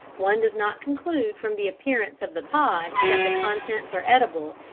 one does not conclude from the appearance of the pod that the contents are edible,